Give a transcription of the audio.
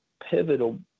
pivotal